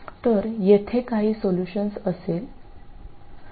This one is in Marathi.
तर येथे काही सोल्युशन असेल 5